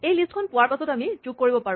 এই লিষ্ট খন পোৱাৰ পাচত আমি যোগ কৰিব পাৰোঁ